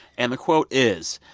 and the quote is,